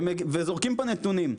וזורקים פה נתונים,